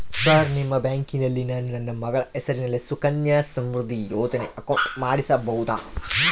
Sir ನಿಮ್ಮ ಬ್ಯಾಂಕಿನಲ್ಲಿ ನಾನು ನನ್ನ ಮಗಳ ಹೆಸರಲ್ಲಿ ಸುಕನ್ಯಾ ಸಮೃದ್ಧಿ ಯೋಜನೆ ಅಕೌಂಟ್ ಮಾಡಿಸಬಹುದಾ?